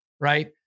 right